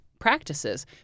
Practices